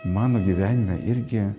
mano gyvenime irgi